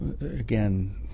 again